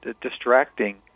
distracting